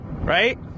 right